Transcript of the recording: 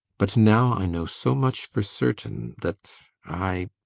but now i know so much for certain, that i